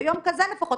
ביום כזה לפחות.